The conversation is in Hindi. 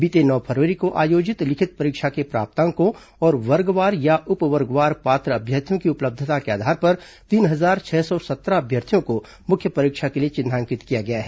बीते नौ फरवरी को आयोजित लिखित परीक्षा के प्राप्तांकों और वर्गवार या उप वर्गवार पात्र अभ्यर्थियों की उपलब्धता के आधार पर तीन हजार छह सौ सत्रह अभ्यर्थियों को मुख्य परीक्षा के लिए चिन्हांकित किया गया है